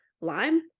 lime